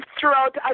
throughout